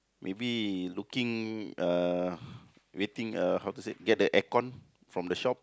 maybe looking uh waiting uh how to said get the aircon from the shop